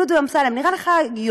דודו אמסלם, נראה לך הגיוני?